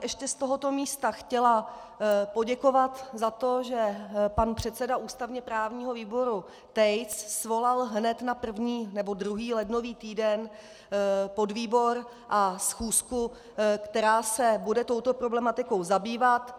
Ještě bych z tohoto místa chtěla poděkovat za to, že pan předseda ústavněprávního výboru Tejc svolal hned na první nebo druhý lednový týden podvýbor a schůzku, která se bude touto problematikou zabývat.